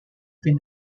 been